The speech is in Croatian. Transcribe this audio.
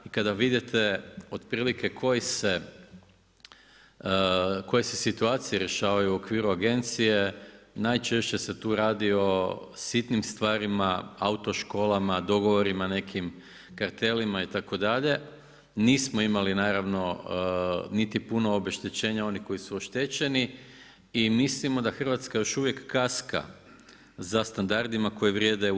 I kada vidite otprilike koje se situacije rješavaju u okviru agencije, najčešće se tu radi o sitnim stvarima, autoškolama, dogovorima nekim kartelima itd., nismo imali naravno niti puno obeštećenja oni koji su oštećeni i mislimo da Hrvatska još uvijek kaska za standardima koji vrijede u EU.